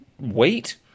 wait